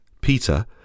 Peter